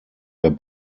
der